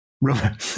Rubber